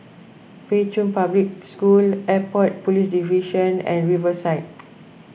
Pei Chun Public School Airport Police Division and Riverside